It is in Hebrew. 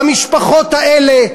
והמשפחות האלה,